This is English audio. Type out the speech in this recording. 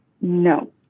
No